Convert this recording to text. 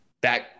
back –